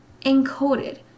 encoded